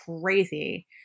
crazy